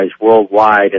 worldwide